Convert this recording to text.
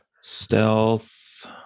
Stealth